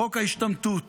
חוק ההשתמטות